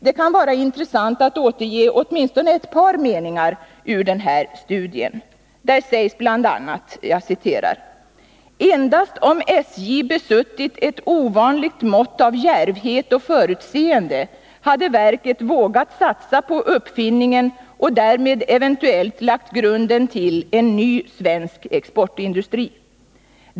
Det kan vara intressant att återge åtminstone ett par meningar ur denna studie. Det sägs bl.a.: ”Endast om SJ besuttit ett ovanligt mått av djärvhet och förutseende hade verket vågat satsa på uppfinningen och därmed eventuellt lagt grunden till en ny svensk exportindustri.